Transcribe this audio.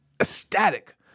ecstatic